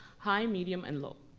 high, medium, and low.